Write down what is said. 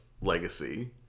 legacy